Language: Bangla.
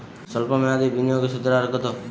সল্প মেয়াদি বিনিয়োগে সুদের হার কত?